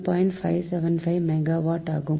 575 megawatt ஆகும்